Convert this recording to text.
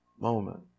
moment